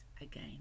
again